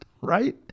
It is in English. Right